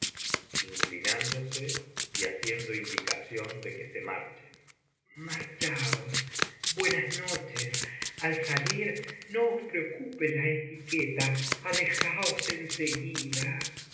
de que se marchen marchaos buenas noches al salir no os preocupe la etiqueta alejaos en seguida